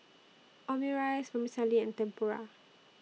Omurice Vermicelli and Tempura